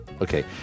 Okay